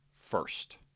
first